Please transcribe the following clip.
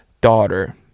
daughter